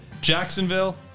Jacksonville